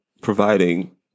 providing